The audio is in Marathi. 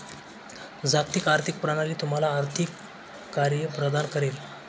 जागतिक आर्थिक प्रणाली तुम्हाला आर्थिक कार्ये प्रदान करेल